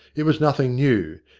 it was nothing new,